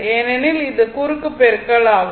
ஏனெனில் இது குறுக்கு பெருக்கல் ஆகும்